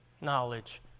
knowledge